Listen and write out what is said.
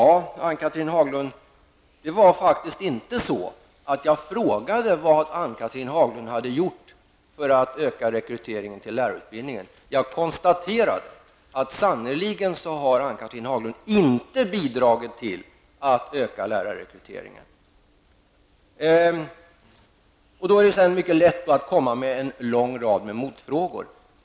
Till Ann-Cathrine Haglund: Jag frågade faktiskt inte vad Ann-Cathrine Haglund hade gjort för att öka rekryteringen till lärarutbildningen. Jag konstaterade att hon sannerligen inte har bidragit till att öka lärarrekryteringen. Då är det mycket lätt att komma med en lång rad motfrågor.